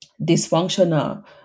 dysfunctional